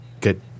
good